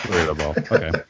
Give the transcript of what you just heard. Okay